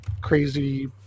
crazy